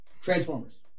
Transformers